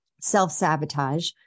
self-sabotage